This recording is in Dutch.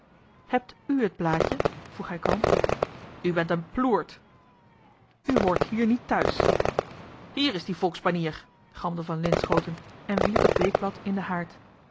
hebt ù het blaadje vroeg hij kalm u bent een ploert u hoort hier niet thuis hier is die volksbanier galmde van linschooten en wierp het weekblad in den haard